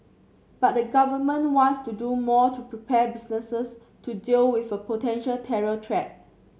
but the Government wants to do more to prepare businesses to deal with a potential terror threat